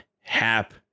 hap